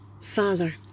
Father